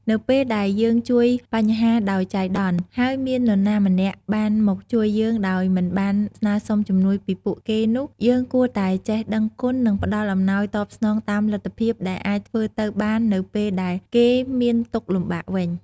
នៅពេលដែលយើងជួបបញ្ហាដោយចៃដន្យ ហើយមាននរណាម្នាក់បានមកជួយយើងដោយមិនបានស្នើសុំជំនួយពីពួកគេនោះ យើងគួរតែចេះដឹងគុណ និងផ្ដល់អំណោយតបស្នងតាមលទ្ធភាពដែលអាចធ្វើទៅបាននៅពេលដែលគេមានទុក្ខលំបាកវិញ។